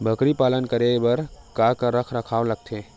बकरी पालन करे बर काका रख रखाव लगथे?